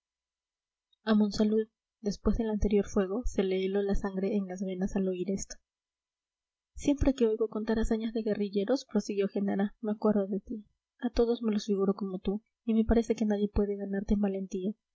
a monsalud después del anterior fuego se le heló la sangre en las venas al oír esto siempre que oigo contar hazañas de guerrilleros prosiguió genara me acuerdo de ti a todos me los figuro como tú y me parece que nadie puede ganarte en valentía